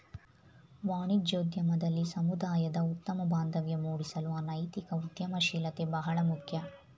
ವಾಣಿಜ್ಯೋದ್ಯಮದಲ್ಲಿ ಸಮುದಾಯದ ಉತ್ತಮ ಬಾಂಧವ್ಯ ಮೂಡಿಸಲು ನೈತಿಕ ಉದ್ಯಮಶೀಲತೆ ಬಹಳ ಮುಖ್ಯ